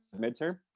midterm